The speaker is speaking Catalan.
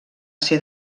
ser